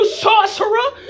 sorcerer